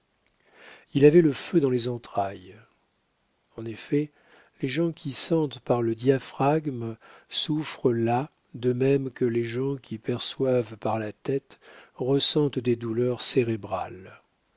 il avait le feu dans les entrailles en effet les gens qui sentent par le diaphragme souffrent là de même que les gens qui perçoivent par la tête ressentent des douleurs cérébrales